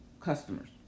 customers